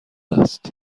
است